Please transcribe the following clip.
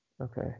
okay